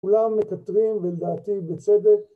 ‫כולם מקטרים, ולדעתי, בצדק.